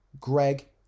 greg